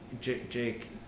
Jake